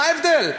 מה ההבדל?